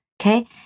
okay